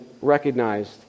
recognized